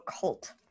cult